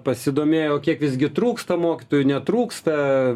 pasidomėjau kiek visgi trūksta mokytojų netrūksta